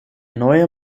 neue